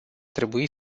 trebui